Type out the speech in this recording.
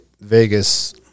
Vegas